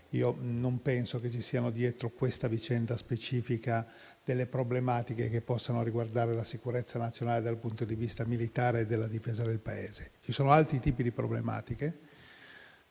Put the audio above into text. non penso che ci siano, dietro questa vicenda specifica, delle problematiche che possano riguardare la sicurezza nazionale, dal punto di vista militare e della difesa del Paese. Ci sono altri tipi di problematiche